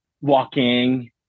walking